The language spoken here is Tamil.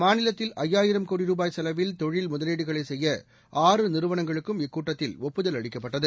மாநிலத்தில் ஐயாயிரம் கோடி ரூபாய் செலவில் தொழில் முதலீடுகளை செய்ய ஆறு நிறுவனங்களுக்கும் இக்கூட்டத்தில் ஒப்புதல் அளிக்கப்பட்டது